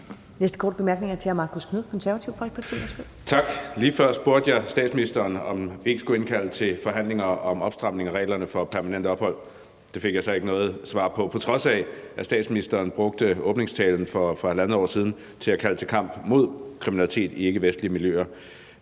Næste korte bemærkning er til hr. Marcus Knuth, Det Konservative Folkeparti. Værsgo. Kl. 10:42 Marcus Knuth (KF): Tak. Lige før spurgte jeg statsministeren, om ikke vi skulle indkalde til forhandlinger om opstramning af reglerne for permanent ophold, men det fik jeg så ikke noget svar på, på trods af at statsministeren brugte åbningstalen for halvandet år siden til at kalde til kamp mod kriminalitet i ikkevestlige miljøer.